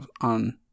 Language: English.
on